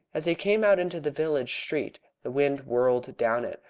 as he came out into the village street the wind whirled down it,